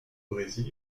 brésil